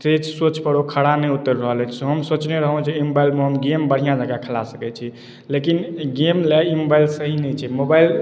से सोच पर ओ खड़ा नहि उतरि रहल अछि हम सोचने रहौं जे ई मोबाइलमे हम गेम बढ़िऑं जकाँ खेला सकै छी लेकिन गेम लए ई मोबाइल सही नहि छै मोबाइल